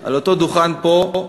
על אותו דוכן פה,